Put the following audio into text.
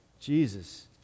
Jesus